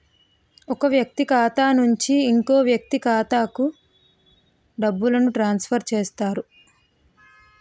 ఒక వ్యక్తి ఖాతా నుంచి ఇంకో వ్యక్తి ఖాతాకు డబ్బులను ట్రాన్స్ఫర్ చేస్తారు